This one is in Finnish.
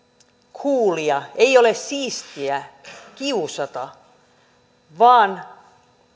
coolia ei ole siistiä kiusata vaan